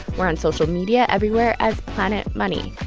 we're on social media everywhere as planet money.